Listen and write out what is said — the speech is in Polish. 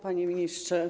Panie Ministrze!